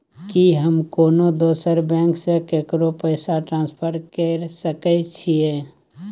की हम कोनो दोसर बैंक से केकरो पैसा ट्रांसफर कैर सकय छियै?